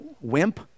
wimp